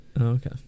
Okay